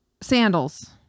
Sandals